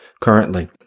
currently